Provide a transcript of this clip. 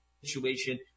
situation